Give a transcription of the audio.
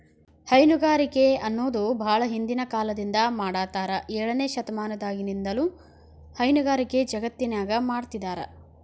ಹೈನುಗಾರಿಕೆ ಅನ್ನೋದು ಬಾಳ ಹಿಂದಿನ ಕಾಲದಿಂದ ಮಾಡಾತ್ತಾರ ಏಳನೇ ಶತಮಾನದಾಗಿನಿಂದನೂ ಹೈನುಗಾರಿಕೆ ಜಗತ್ತಿನ್ಯಾಗ ಮಾಡ್ತಿದಾರ